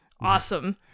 Awesome